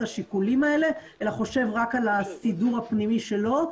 השיקולים האלה אלא חושב רק על הסידור הפנימי שלו.